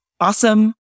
awesome